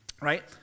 Right